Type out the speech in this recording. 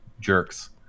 jerks